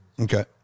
Okay